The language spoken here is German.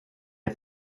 der